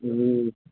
ए